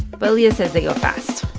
but leah says they go fast